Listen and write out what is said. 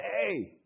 Hey